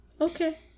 Okay